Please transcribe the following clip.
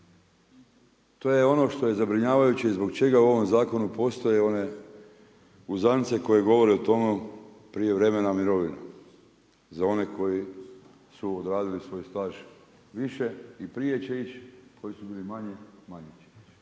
to je ono što je zabrinjavajuće i zbog čega u ovom zakonu postoje one uzance koje govore o tome prije vremena mirovine za oni su odradili svoj staž više i prije će ići, koji su bili manje, manje će ići.